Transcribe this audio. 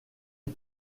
est